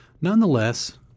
Nonetheless